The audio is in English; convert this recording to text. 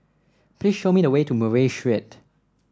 please show me the way to Murray Street